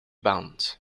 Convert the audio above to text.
bounce